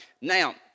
Now